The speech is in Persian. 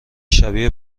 شبیه